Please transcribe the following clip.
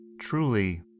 truly